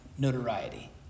Notoriety